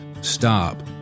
stop